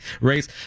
race